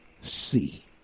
see